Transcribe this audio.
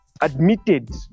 admitted